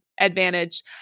advantage